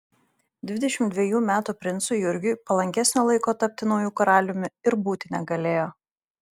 dvidešimt dvejų metų princui jurgiui palankesnio laiko tapti nauju karaliumi ir būti negalėjo